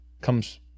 comes